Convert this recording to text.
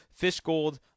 Fishgold